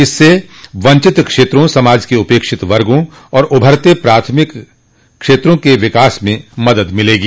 इससे वंचित क्षेत्रों समाज के उपेक्षित वर्गों और उभरते प्राथमिक क्षेत्रों के विकास में मदद मिलेगी